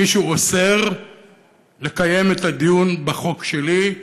מישהו אוסר לקיים את הדיון בחוק שלי,